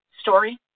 story